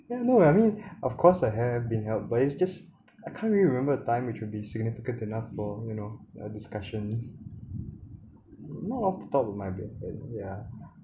ya no lah I mean of course I have been held but it's just I can't really remember the time which would be significant enough for you know a discussion not off the top of my head ya